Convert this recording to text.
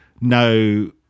no